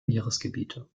meeresgebiete